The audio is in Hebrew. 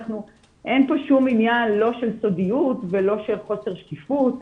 אין פה שום עניין לא של סודיות ולא של חוסר שקיפות.